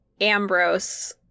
Ambrose